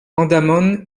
andaman